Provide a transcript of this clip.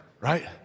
Right